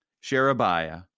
Sherebiah